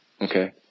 Okay